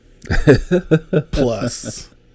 plus